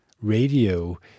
radio